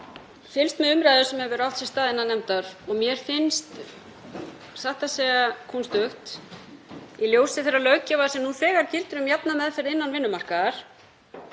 fylgst með umræðu sem hefur átt sér stað innan nefndar og mér finnst satt að segja kúnstugt, í ljósi þeirrar löggjafar sem nú þegar gildir um jafna meðferð innan vinnumarkaðar,